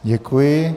Děkuji.